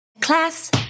Class